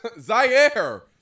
Zaire